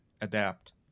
adapt